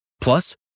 Plus